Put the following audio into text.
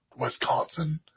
Wisconsin